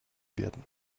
werden